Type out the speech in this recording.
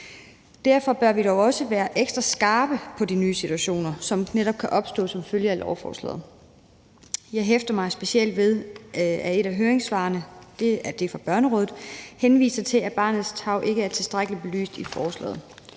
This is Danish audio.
Derfor bør vi dog også være ekstra skarpe på de nye situationer, som netop kan opstå som følge af lovforslaget. Jeg hæfter mig specielt ved, at et af høringssvarene – det er det fra Børnerådet – henviser til, at barnets tarv ikke er tilstrækkeligt belyst i forslaget.